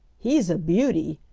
he's a beauty!